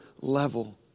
level